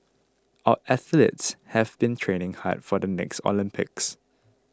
our athletes have been training hard for the next Olympics